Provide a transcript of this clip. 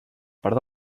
part